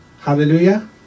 hallelujah